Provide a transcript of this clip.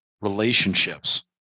relationships